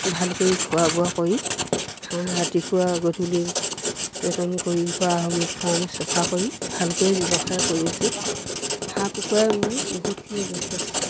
ভালকৈ খোৱা বোৱা কৰি হাঁহ ৰাতিপুৱা গধূলি যতন কৰি খোৱা সময়ত খোৱা সময়ত চাফা কৰি ভালকৈ ব্যৱসায় কৰি আছো হাঁহ কুকুৰাই মোৰ বহুতখিনি যথেষ্ট